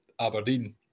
Aberdeen